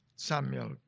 Samuel